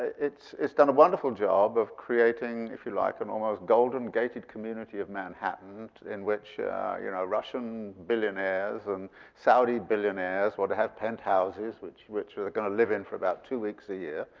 it's it's done a wonderful job of creating, if you like, an almost golden gated community of manhattan in which you know russian billionaires and saudi billionaires were to have penthouses which which they're going to live in for about two weeks a year.